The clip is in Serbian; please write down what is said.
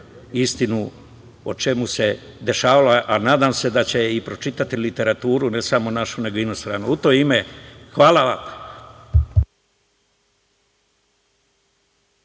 istinu o čemu se dešavala, a nadam se i da će i pročitati literaturu ne samo našu, nego i inostranu. U to ime, hvala vam.